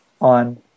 on